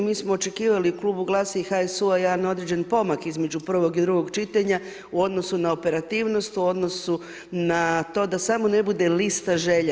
Mi smo očekivali u klubu Glasa i HSU-a jedan određeni pomak između prvog i drugog čitanja u odnosu na operativnost, u odnosu na to da samo ne bude lista želja.